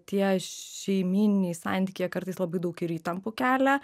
tie šeimyniniai santykiai jie kartais labai daug ir įtampų kelia